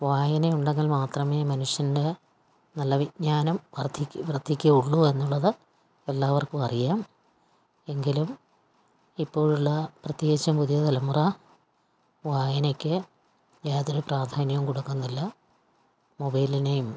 വായന ഉണ്ടെങ്കിൽ മാത്രമേ മനുഷ്യൻ്റെ നല്ല വിജ്ഞാനം വർധിക്ക് വർധിക്കുകയുള്ളൂ എന്നുള്ളത് എല്ലാവർക്കും അറിയാം എങ്കിലും ഇപ്പോഴുള്ള പ്രത്യേകിച്ചും പുതിയ തലമുറ വായനക്ക് യാതൊരു പ്രാധാന്യവും കൊടുക്കുന്നില്ല മൊബൈലിനെയും